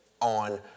on